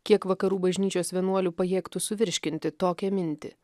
kiek vakarų bažnyčios vienuolių pajėgtų suvirškinti tokią mintį